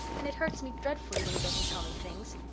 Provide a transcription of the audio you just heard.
and it hurts me dreadfully when he doesn't tell me things.